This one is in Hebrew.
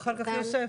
ואחר כך יוסף.